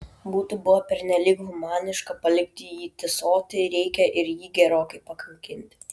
būtų buvę pernelyg humaniška palikti jį tįsoti reikia ir jį gerokai pakankinti